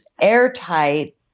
airtight